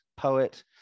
poet